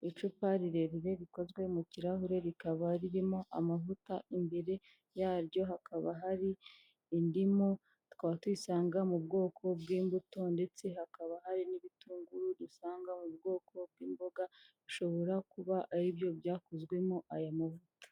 Icupa rirerire rikozwe mu kirahure rikaba ririmo amavuta imbere yaryo hakaba hari, indimu tukaba turisanga mu bwoko bw'imbuto ndetse hakaba hari n'ibitunguru dusanga mu bwoko bw'imboga, bishobora kuba ari byo byakozwemo aya mavuta.